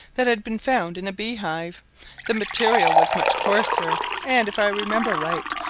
that had been found in a bee-hive the material was much coarser, and, if i remember right,